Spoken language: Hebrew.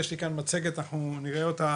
יש לי כאן מצגת ואני מציע שאנחנו נראה אותה,